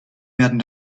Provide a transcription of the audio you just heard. werden